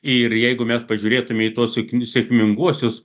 ir jeigu mes pažiūrėtumė į tuos sėkminguosius